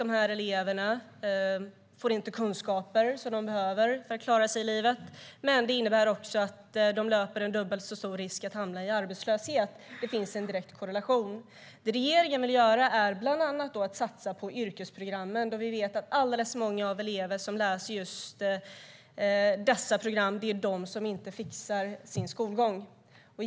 Dessa elever får inte de kunskaper de behöver för att klara sig i livet, och de löper också dubbelt så stor risk att hamna i arbetslöshet. Där finns en direkt korrelation. Det regeringen vill göra är bland annat att satsa på yrkesprogrammen. Vi vet att alldeles för många av de elever som läser på dessa program inte fixar sin skolgång.